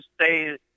say